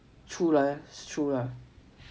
true true lah